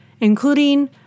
including